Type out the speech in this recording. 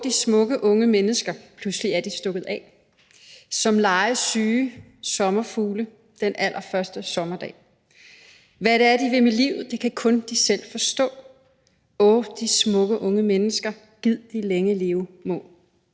Åh, I smukke unge mennesker, pludselig er I stukket af som legesyge sommerfugle den allerførste sommerdag. Hvad det er, I vil med livet, det kan kun I selv forstå. Åh, I smukke unge mennesker, gid I længe leve må!